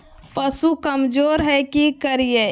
पशु कमज़ोर है कि करिये?